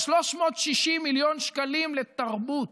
יש 360 מיליון שקלים לתרבות.